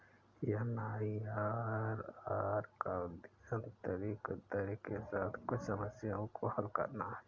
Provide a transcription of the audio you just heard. MIRR का उद्देश्य आंतरिक दर के साथ कुछ समस्याओं को हल करना है